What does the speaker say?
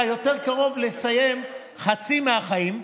אתה יותר קרוב לסיים חצי מהחיים.